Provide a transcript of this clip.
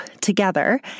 together